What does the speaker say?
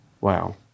Wow